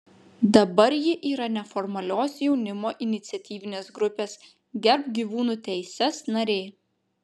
dabar ji yra neformalios jaunimo iniciatyvinės grupės gerbk gyvūnų teises narė